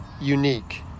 unique